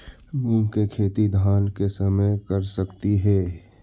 मुंग के खेती धान के समय कर सकती हे?